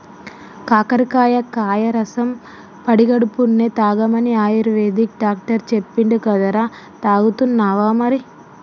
కాకరకాయ కాయ రసం పడిగడుపున్నె తాగమని ఆయుర్వేదిక్ డాక్టర్ చెప్పిండు కదరా, తాగుతున్నావా మరి